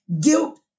guilt